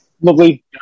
Lovely